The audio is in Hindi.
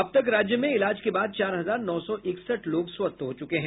अब तक राज्य में इलाज के बाद चार हजार नौ सौ इकसठ लोग स्वस्थ हो चुके है